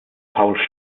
paul